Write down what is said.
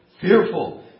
fearful